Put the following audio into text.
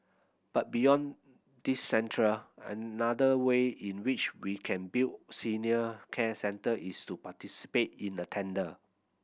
but beyond these centre another way in which we can build senior care centre is to participate in the tender